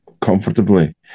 comfortably